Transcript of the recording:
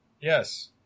Yes